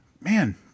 man